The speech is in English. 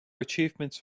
achievements